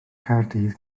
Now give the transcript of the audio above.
caerdydd